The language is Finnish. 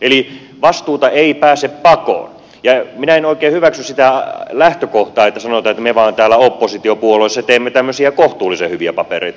eli vastuuta ei pääse pakoon ja minä en oikein hyväksy sitä lähtökohtaa että sanotaan että me vaan täällä oppositiopuolueessa teemme tämmöisiä kohtuullisen hyviä papereita